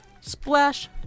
Splash